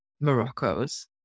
Morocco's